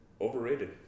overrated